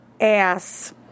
ass